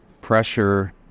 pressure